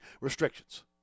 restrictions